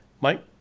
Mike